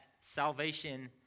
salvation